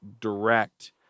Direct